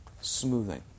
smoothing